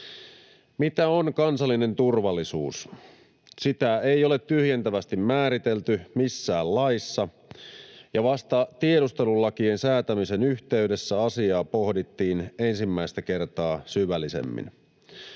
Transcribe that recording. Mitä on kansallinen turvallisuus? Sitä ei ole tyhjentävästi määritelty missään laissa, ja vasta tiedustelulakien säätämisen yhteydessä asiaa pohdittiin ensimmäistä kertaa syvällisemmin.